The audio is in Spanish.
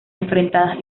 enfrentadas